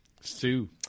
Sue